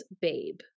babe